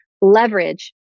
leverage